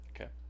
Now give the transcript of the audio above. Okay